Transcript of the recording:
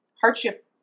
hardship